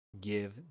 Give